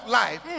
life